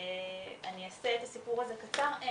אני אעשה את הסיפור הזה קצר,